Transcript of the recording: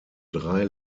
drei